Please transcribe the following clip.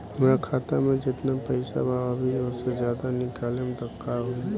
हमरा खाता मे जेतना पईसा बा अभीओसे ज्यादा निकालेम त का होई?